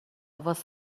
واست